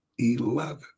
eleven